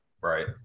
Right